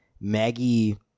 Maggie